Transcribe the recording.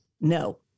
No